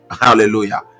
hallelujah